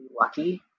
lucky